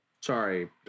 Sorry